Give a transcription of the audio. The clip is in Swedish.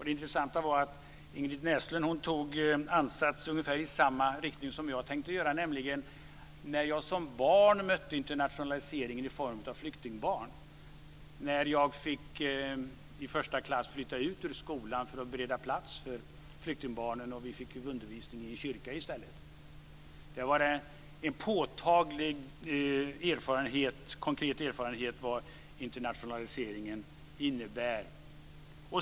Det intressanta var att Ingrid Näslund tog ansats ungefär i samma riktning som jag tänkte göra, nämligen när jag som barn mötte internationaliseringen i form av flyktingbarn. I första klass fick vi flytta ut ur skolan för att bereda plats för flyktingbarnen, och vi fick undervisning i kyrkan i stället. Det var en påtaglig, konkret erfarenhet av vad internationaliseringen innebär.